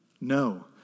No